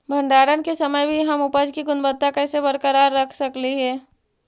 भंडारण के समय भी हम उपज की गुणवत्ता कैसे बरकरार रख सकली हे?